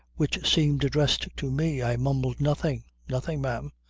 which seemed addressed to me. i mumbled nothing! nothing, ma'am,